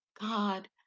God